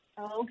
Okay